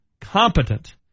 competent